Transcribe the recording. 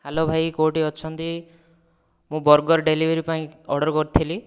hello ଭାଇ କୋଉଠି ଅଛନ୍ତି ମୁଁ ବର୍ଗର୍ ଡେଲିଭରି ପାଇଁ ଅର୍ଡ଼ର କରିଥିଲି